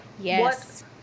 Yes